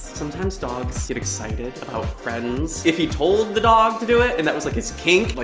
sometimes dogs get excited about friends. if he told the dog to do it, and that was like his kink, like